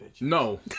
No